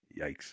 Yikes